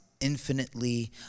infinitely